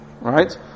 right